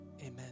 amen